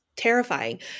terrifying